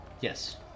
Yes